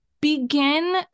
begin